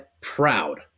proud